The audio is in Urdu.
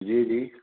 جی جی